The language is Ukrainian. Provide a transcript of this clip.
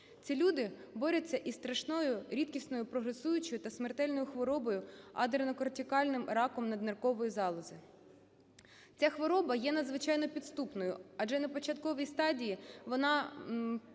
Ці люди борються із страшною рідкісною прогресуючою та смертельною хворобою – адренокортикальним раком надниркової залози. Ця хвороба є надзвичайно підступною, адже на початковій стадії вона